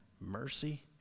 mercy